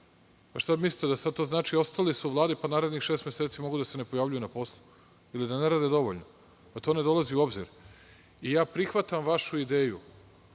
Šta mislite, da sada to znači ostali su u Vladi pa narednih šest meseci mogu da se ne pojavljuju na poslu, ili da ne rade dovoljno? To ne dolazi u obzir. Ja prihvatam vašu ideju